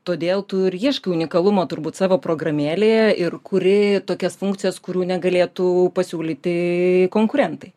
todėl tu ir ieškai unikalumo turbūt savo programėlėje ir kuri tokias funkcijas kurių negalėtų pasiūlyti konkurentai